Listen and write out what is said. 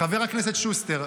חבר הכנסת טופורובסקי,